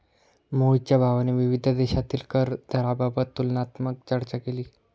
मोहितच्या भावाने विविध देशांतील कर दराबाबत तुलनात्मक चर्चा केली